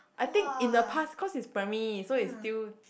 I think in the past cause it's primary so it's still